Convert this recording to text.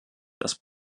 das